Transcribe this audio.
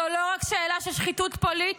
זו לא רק שאלה של שחיתות פוליטית,